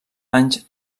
anys